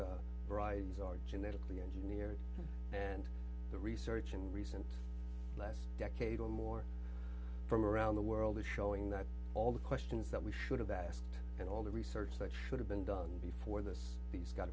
varieties are genetically engineered and the research in recent last decade or more from around the world is showing that all the questions that we should have asked and all the research that should have been done before this these got